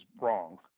wrong